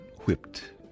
whipped